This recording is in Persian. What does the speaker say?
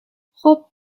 خوب